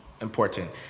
important